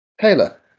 Taylor